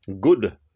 good